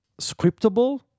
scriptable